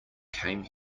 came